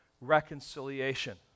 reconciliation